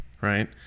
right